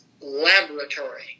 laboratory